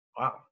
Wow